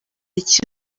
iki